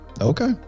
okay